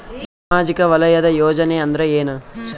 ಸಾಮಾಜಿಕ ವಲಯದ ಯೋಜನೆ ಅಂದ್ರ ಏನ?